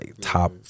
Top